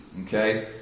Okay